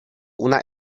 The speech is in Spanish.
una